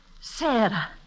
Sarah